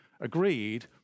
agreed